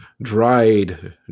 dried